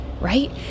right